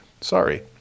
Sorry